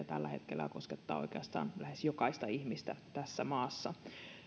tällä hetkellä oikeastaan lähes jokaista ihmistä tässä maassa